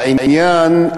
העניין,